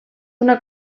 una